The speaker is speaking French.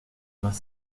vingt